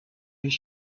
his